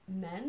men